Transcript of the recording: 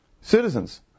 Citizens